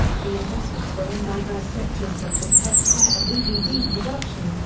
the investments were in diverse sectors such as pet care and dvd production,